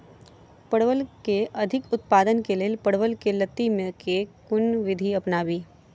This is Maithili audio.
परवल केँ अधिक उत्पादन केँ लेल परवल केँ लती मे केँ कुन विधि अपनाबी?